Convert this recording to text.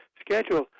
schedule